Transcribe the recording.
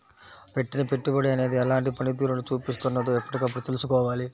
పెట్టిన పెట్టుబడి అనేది ఎలాంటి పనితీరును చూపిస్తున్నదో ఎప్పటికప్పుడు తెల్సుకోవాలి